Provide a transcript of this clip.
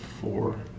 four